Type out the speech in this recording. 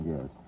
Yes